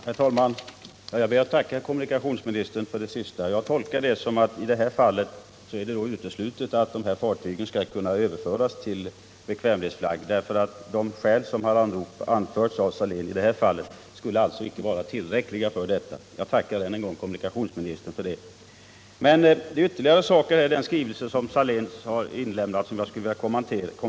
Herr talman! Jag ber att få tacka kommunikationsministern för det senaste uttalandet. Jag tolkar det så, att det är uteslutet att dessa fartyg skall kunna överföras till bekvämlighetsflagg. De skäl som har anförts av Saléns i denna ansökan skulle alltså icke vara tillräckliga. Jag tackar än en gång kommunikationsministern för det. Men jag skulle ytterligare vilja kommentera den skrivelse som Saléns har inlämnat.